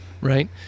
Right